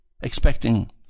expecting